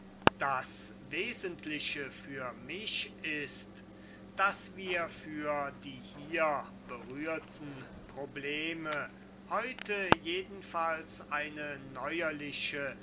das wesentliche für mich ist daß wir für die hier berührten probleme heute jedenfalls eine neuerliche